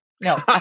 No